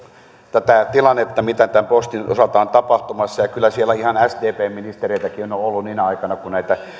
tätä tilannetta mitä postin osalta on tapahtumassa ja kyllä siellä ihan sdpn ministereitäkin on ollut sinä aikana kun tätä